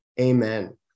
Amen